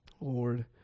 Lord